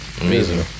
amazing